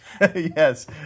Yes